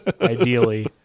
ideally